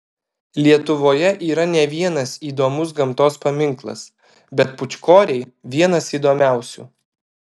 lietuvoje yra ne vienas įdomus gamtos paminklas bet pūčkoriai vienas įdomiausių